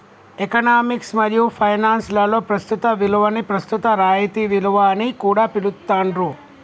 economics మరియు finance లలో ప్రస్తుత విలువని ప్రస్తుత రాయితీ విలువ అని కూడా పిలుత్తాండ్రు